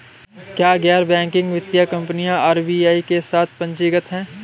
क्या गैर बैंकिंग वित्तीय कंपनियां आर.बी.आई के साथ पंजीकृत हैं?